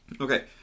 Okay